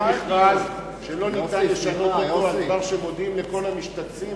אין מכרז שלא ניתן לשנות אותו על דבר שמודיעים לכל המשתתפים,